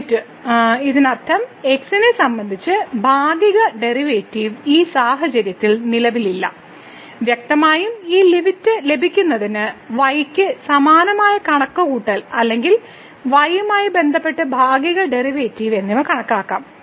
limit ഇതിനർത്ഥം x നെ സംബന്ധിച്ച ഭാഗിക ഡെറിവേറ്റീവ് ഈ സാഹചര്യത്തിൽ നിലവിലില്ല വ്യക്തമായും ഈ ലിമിറ്റ് ലഭിക്കുന്നതിന് y യ്ക്ക് സമാനമായ കണക്കുകൂട്ടൽ അല്ലെങ്കിൽ y യുമായി ബന്ധപ്പെട്ട് ഭാഗിക ഡെറിവേറ്റീവ് എന്നിവ കണക്കാക്കാം